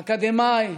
אקדמאי,